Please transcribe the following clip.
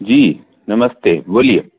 जी नमस्ते बोलिए